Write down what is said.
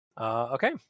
Okay